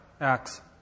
Acts